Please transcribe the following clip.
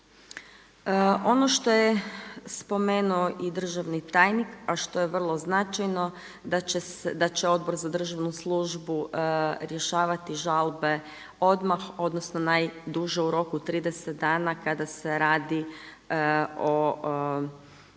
Ono što je spomenuo i državni tajnik a što je vrlo značajno da će Odbor za državnu službu rješavati žalbe odmah, odnosno najduže u roku od 30 dana kada se radi o prijemu